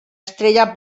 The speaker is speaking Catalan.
estrella